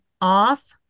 off